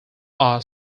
are